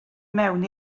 mewn